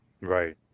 right